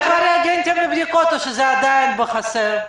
יש כבר ריאגנטים לבדיקות או שזה עדיין בחסר?